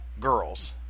girls